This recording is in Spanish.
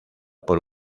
por